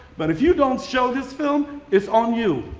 but if you don't show this film it's on you.